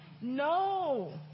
No